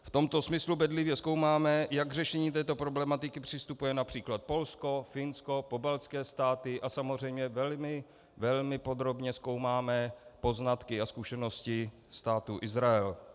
V tomto smyslu bedlivě zkoumáme, jak k řešení této problematiky přistupuje např. Polsko, Finsko, Pobaltské státy a samozřejmě velmi, velmi podrobně zkoumáme poznatky a zkušenosti Státu Izrael.